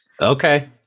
Okay